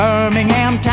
Birmingham